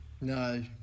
No